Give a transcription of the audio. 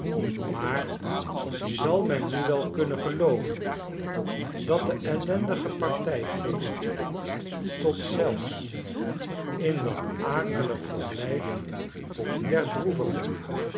maar zal men nu wel kunnen gelooven dat de ellendige partijgeest tot zelfs in dat akelig verblijf der